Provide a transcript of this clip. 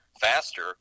faster